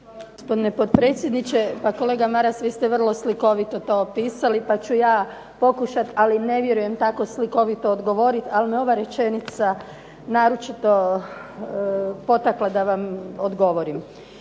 Gospodine potpredsjedniče. Pa kolega Maras vi ste vrlo slikovito to opisali pa ću ja pokušati ali ne vjerujem tako slikovito odgovoriti ali me ova rečenica naročito potakla da vam odgovorim.